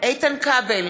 איתן כבל,